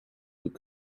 would